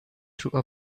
through